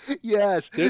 yes